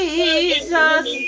Jesus